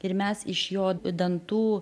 ir mes iš jo dantų